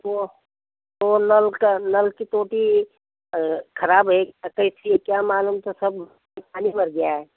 तो तो नल का नल की टूटी ख़राब हे आ तो ऐसे ही क्या मालूम था सब पानी भर गया है